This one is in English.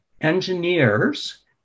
engineers